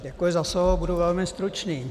Děkuji za slovo, budu velmi stručný.